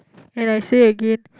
and I say again